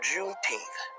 Juneteenth